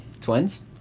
Twins